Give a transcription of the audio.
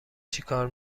چیکار